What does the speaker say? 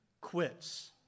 quits